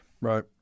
Right